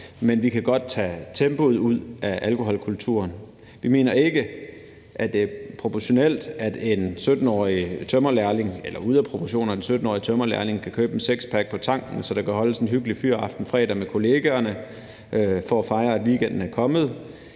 men vi kan godt tage tempoet ud alkoholkulturen. Vi mener ikke, at det er ude af proportioner, at en 17-årig tømrerlærling kan købe en sixpack på tanken, så der kan holdes en hyggelig fyraften fredag med kollegaerne for at fejre, at weekenden er kommet.